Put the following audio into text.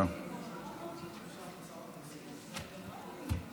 חקיקה ליישום המדיניות הכלכלית לשנות התקציב 2023 ו-2024),